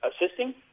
assisting